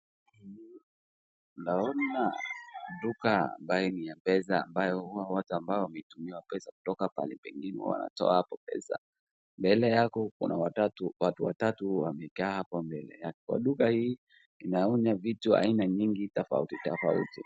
Naona duka ambayo ni ya pesa, ambayo huwa watu ambao wameitumiwa pesa kutoka pahali pengine wanatoa hapo pesa. Mbele yake kuna watu watatu wamekaa hapo mbele. Kwa duka hii inauza vitu mingi tofauti tofauti.